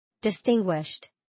Distinguished